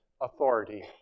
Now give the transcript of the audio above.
authority